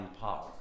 power